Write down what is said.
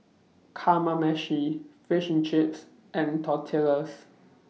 Kamameshi Fish and Chips and Tortillas